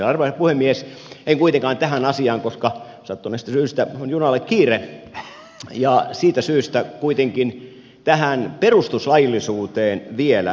arvoisa puhemies en kuitenkaan mene tähän asiaan koska sattuneesta syystä on junalle kiire ja siitä syystä kuitenkin tähän perustuslaillisuuteen vielä muutama ajatus